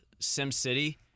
SimCity